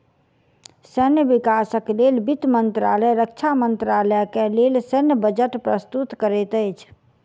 सैन्य विकासक लेल वित्त मंत्रालय रक्षा मंत्रालय के लेल सैन्य बजट प्रस्तुत करैत अछि